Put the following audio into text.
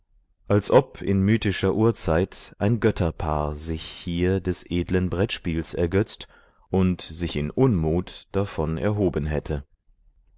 als ob in mythischer urzeit ein götterpaar sich hier des edlen brettspiels ergötzt und sich in unmut davon erhoben hätte